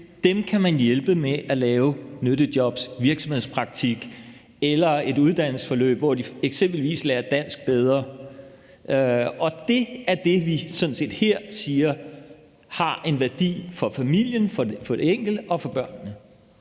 at man kan hjælpe ved at lave nyttejobs og virksomhedspraktik eller et uddannelsesforløb, hvor de eksempelvis lærer dansk bedre. Det er det, vi sådan set her siger har en værdi for familien og for den enkelte og for børnene.